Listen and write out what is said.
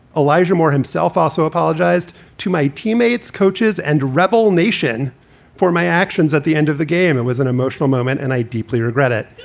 elijah moore himself also apologized to my teammates, coaches and rebel nation for my actions. at the end of the game. it was an emotional moment and i deeply regret it.